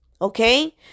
okay